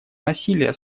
насилия